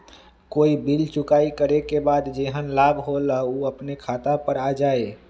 कोई बिल चुकाई करे के बाद जेहन लाभ होल उ अपने खाता पर आ जाई?